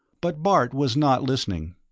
but bart was not listening.